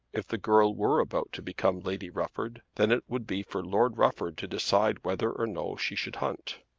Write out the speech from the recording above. if the girl were about to become lady rufford then it would be for lord rufford to decide whether or no she should hunt.